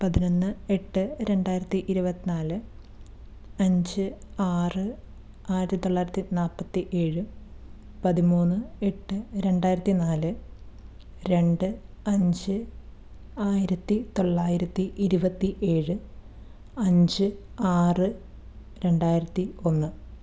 പതിനൊന്ന് എട്ട് രണ്ടായിരത്തി ഇരുപത് നാല് അഞ്ച് ആറ് ആയിരത്തിത്തൊള്ളായിരത്തി നാൽപ്പത്തി ഏഴ് പതിമൂന്ന് എട്ട് രണ്ടായിരത്തി നാല് രണ്ട് അഞ്ച് ആയിരത്തിത്തൊള്ളായിരത്തി ഇരുപത്തി ഏഴ് അഞ്ച് ആറ് രണ്ടായിരത്തി ഒന്ന്